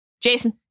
Jason